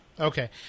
Okay